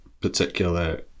particular